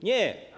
Nie.